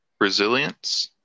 Resilience